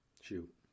Shoot